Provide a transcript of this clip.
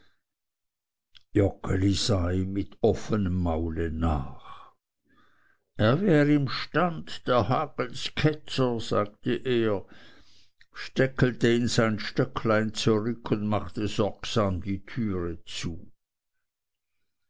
mit offenem maule nach er wärs imstand der hagels ketzer sagte er steckelte in sein stöcklein zurück und machte sorgsam die türe zu